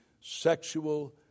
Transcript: sexual